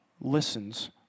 listens